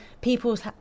people's